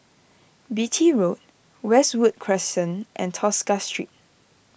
Beatty Road Westwood Crescent and Tosca Street